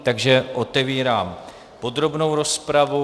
Takže otevírám podrobnou rozpravu.